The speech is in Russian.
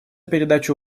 передачу